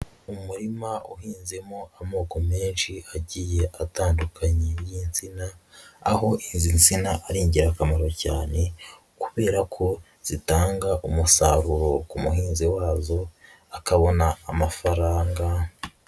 Umurima uhinzemo amoko menshi agiye atandukanye y'itsina, aho izi tsina ari ingirakamaro cyane kubera ko zitanga umusaruro ku muhinzi wazo akabona amafaranga.